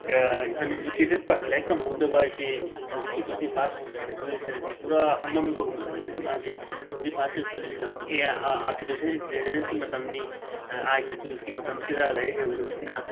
uneducated person ꯂꯥꯏꯔꯤꯛ ꯇꯝꯍꯧꯗꯕ ꯍꯥꯏꯁꯤ ꯍꯧꯖꯤꯛꯀꯤ ꯇꯣꯏꯟꯇꯤ ꯐꯥꯁ ꯁꯦꯟꯆꯨꯔꯤꯁꯤꯗꯗꯤ ꯄꯨꯔꯥ ꯑꯃꯝꯕꯒꯨꯝꯕꯅꯤ ꯃꯥꯁꯤ ꯇꯣꯏꯟꯇꯤ ꯐꯥꯁ ꯁꯦꯟꯆꯨꯔꯤꯁꯤꯗ ꯍꯧꯖꯤꯛꯀꯤ ꯑꯦ ꯑꯥꯏ ꯑꯥ ꯑꯥꯔꯇꯤꯐꯤꯁꯦꯜ ꯏꯟꯇꯦꯂꯤꯖꯦꯟꯁꯀꯤ ꯃꯇꯝꯅꯤ ꯑꯥꯏ ꯇꯤ ꯇꯨꯜꯁꯀꯤ ꯃꯇꯝꯁꯤꯗ ꯂꯥꯏꯔꯤꯛ ꯍꯩꯍꯧꯗꯕꯁꯤꯅ